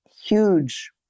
huge